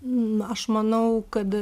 na aš manau kad